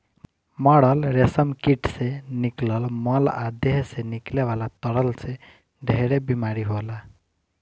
मरल रेशम कीट से निकलत मल आ देह से निकले वाला तरल से ढेरे बीमारी होला